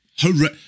Horrendous